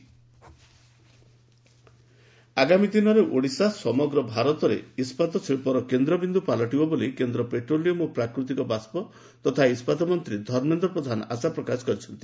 ଧର୍ମେନ୍ଦ୍ର ପ୍ରଧାନ ଓଡ଼ିଶା ଆଗାମୀ ଦିନରେ ଓଡ଼ିଶା ସମଗ୍ର ଭାରତରେ ଇସ୍କାତ ଶିଳ୍ପର କେନ୍ଦ୍ରବିନ୍ଦୁ ପାଲଟିବ ବୋଲି କେନ୍ଦ୍ର ପେଟ୍ରୋଲିୟମ୍ ଓ ପ୍ରାକୃତିକ ବାଷ୍ପ ତଥା ଇସ୍କାତ ମନ୍ତ୍ରୀ ଧର୍ମେନ୍ଦ୍ର ପ୍ରଧାନ ଆଶା ପ୍ରକାଶ କରିଛନ୍ତି